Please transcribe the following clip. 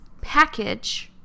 package